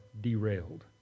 derailed